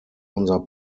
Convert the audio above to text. unser